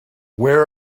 where